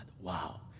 Wow